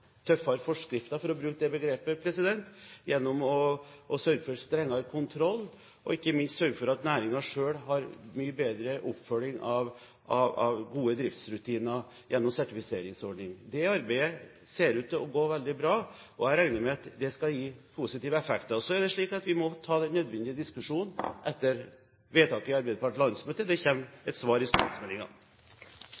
tøffere forskrifter – for å bruke det begrepet – gjennom å sørge for strengere kontroll, og ikke minst gjennom å sørge for at næringen selv har bedre oppfølging av gode driftsrutiner gjennom sertifiseringsordninger. Det arbeidet ser ut til å gå veldig bra, og jeg regner med at det skal gi positive effekter. Så er det slik at vi må ta den nødvendige diskusjonen etter vedtak i Arbeiderpartiets landsmøte. Det